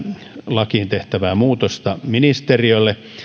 lakiin tehtävää muutosta ministeriölle